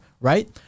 right